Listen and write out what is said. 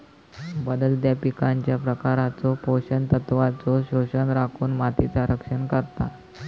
बदलत्या पिकांच्या प्रकारचो पोषण तत्वांचो शोषण रोखुन मातीचा रक्षण करता